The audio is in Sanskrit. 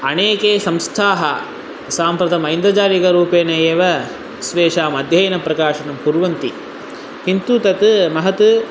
अनेके संस्थाः साम्प्रतम् ऐन्द्रजालिकरूपेण एव स्वेषाम् अध्ययनं प्रकाशनं कुर्वन्ति किन्तु तत् महत्